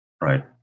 Right